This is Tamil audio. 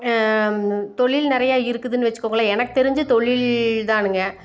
தொழில் நிறையா இருக்குதுன்னு வச்சிக்கோங்களேன் எனக்கு தெரிஞ்சு தொழில் தானுங்க